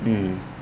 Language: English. mm